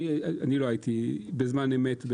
לא הייתי בזמן אמת,